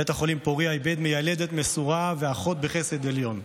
בית החולים פוריה איבד מיילדת מסורה ואחות בחסד עליון.